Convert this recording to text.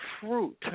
fruit